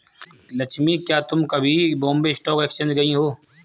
लक्ष्मी, क्या तुम कभी बॉम्बे स्टॉक एक्सचेंज गई हो?